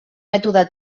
mètode